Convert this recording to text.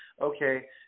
okay